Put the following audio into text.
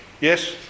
Yes